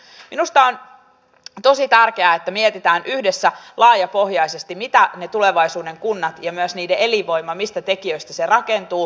tämä päätös on tosi tärkeää mietitään yhdessä laajapohjaisesti mitään kertakaikkisen kummallinen ja sitä on hyvin vaikea ymmärtää